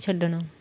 ਛੱਡਣਾ